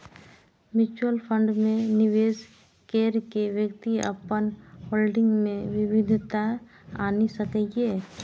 mutual fund मे निवेश कैर के व्यक्ति अपन होल्डिंग मे विविधता आनि सकैए